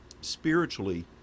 spiritually